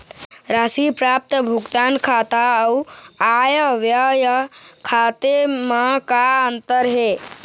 राशि प्राप्ति भुगतान खाता अऊ आय व्यय खाते म का अंतर हे?